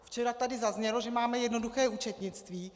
Včera tady zaznělo, že máme jednoduché účetnictví.